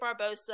Barbosa